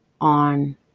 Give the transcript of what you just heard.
on